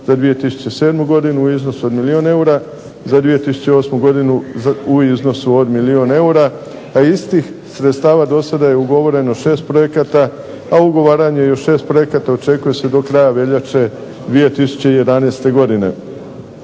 za 2007. godinu u iznosu od milijun eura, za 2008. godinu u iznosu od milijun eura, a istih sredstava do sada je ugovoreno 6 projekata, a ugovaranje od 6 projekata očekuje se do kraja veljače 2011. godine.